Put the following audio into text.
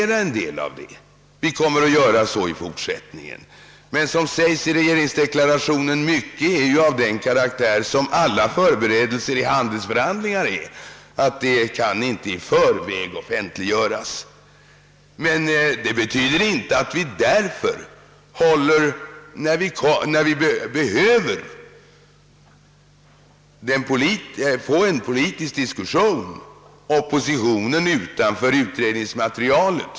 Vi kommer att göra så även i fortsättningen. Men, så som sägs i regeringsdeklarationen, mycket är ju av samma karaktär som alla förberedelser i handelsförhandlingar och kan därför inte i förväg offentliggöras. Det betyder inte att vi därför håller oppositionen utanför utredningsmaterialet när vi behöver en politisk diskussion.